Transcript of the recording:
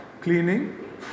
cleaning